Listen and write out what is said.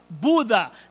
Buddha